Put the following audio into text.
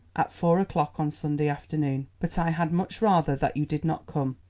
at four o'clock on sunday afternoon, but i had much rather that you did not come.